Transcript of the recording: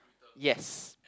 yes